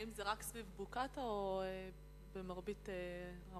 האם זה רק סביב בוקעאתא או במרבית רמת-הגולן?